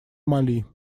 мали